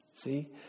See